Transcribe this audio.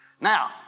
Now